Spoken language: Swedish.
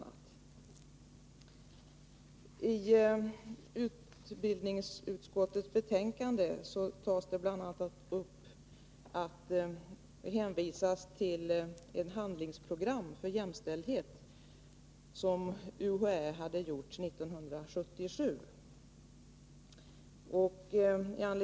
I utbildningsutskottets betänkande hänvisas bl.a. till ett handlingsprogram för jämställdhet som UHÄ gav ut 1977.